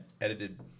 edited